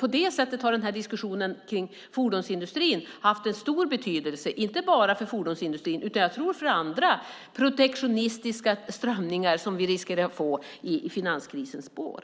På det sättet har diskussionen kring fordonsindustrin haft stor betydelse inte bara för fordonsindustrin utan även vad gäller andra, protektionistiska strömningar som riskerar att uppstå i finanskrisens spår.